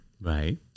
right